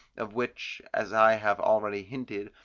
of which, as i have already hinted,